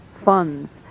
funds